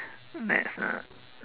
maths ah